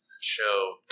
show